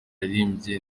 yaririmbye